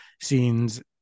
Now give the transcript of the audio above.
scenes